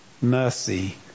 Mercy